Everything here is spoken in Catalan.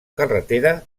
carretera